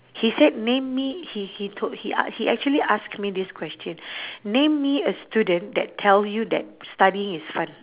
he said name me he he told he a~ he actually ask me this question name me a student that tell you that studying is fun